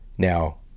Now